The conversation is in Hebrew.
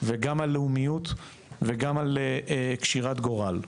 וגם על לאומיות, וגם על קשירת גורל.